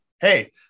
Hey